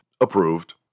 approved